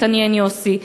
מתעניין יוסי.